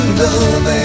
love